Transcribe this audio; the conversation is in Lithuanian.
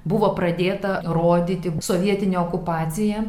buvo pradėta rodyti sovietinė okupacija